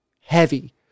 heavy